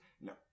No